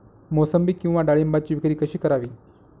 मोसंबी किंवा डाळिंबाची विक्री कशी करावी?